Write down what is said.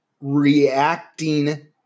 reacting